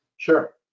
Sure